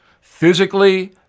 physically